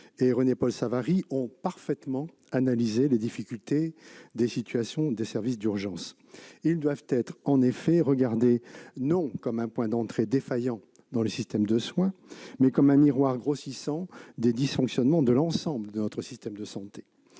René-Paul Savary ont parfaitement analysé les difficultés des services d'urgence. Ils doivent être regardés non comme un point d'entrée défaillant dans le système de soins, mais comme un miroir grossissant des dysfonctionnements de l'ensemble de notre système de santé.